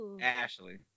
Ashley